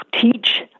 teach